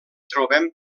trobem